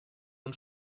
und